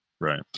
Right